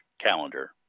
calendar